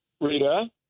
Rita